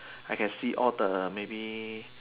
I can see all the maybe